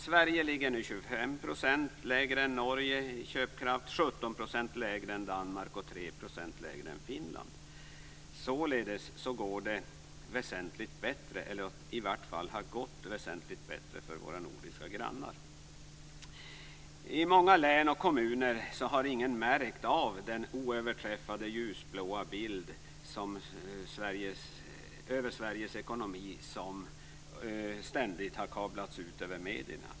Sverige ligger nu 25 % lägre än Norge i köpkraft, 17 % lägre än Danmark och 3 % lägre än Finland. Således går det, eller har i varje fall gått, väsentligt bättre för våra nordiska grannar. I många län och kommuner har ingen märkt av den oöverträffade ljusblå bild över Sveriges ekonomi som ständigt kablats ut via medierna.